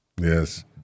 Yes